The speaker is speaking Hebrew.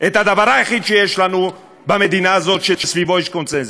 את הדבר היחיד שיש לנו במדינה הזאת שסביבו יש קונסנזוס.